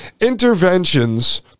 Interventions